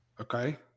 Okay